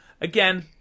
Again